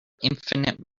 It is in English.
infinite